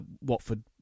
Watford